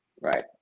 Right